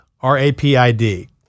R-A-P-I-D